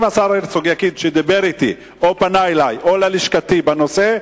אם השר הרצוג יגיד שדיבר אתי או פנה אלי או ללשכתי בנושא,